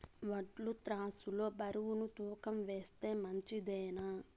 వడ్లు త్రాసు లో బరువును తూకం వేస్తే మంచిదేనా?